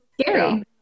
scary